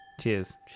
Cheers